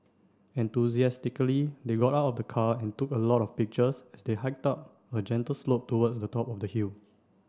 enthusiastically they got out of the car and took a lot of pictures as they hiked up a gentle slope towards the top of the hill